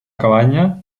cabanya